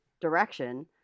direction